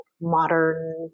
modern